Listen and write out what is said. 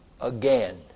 again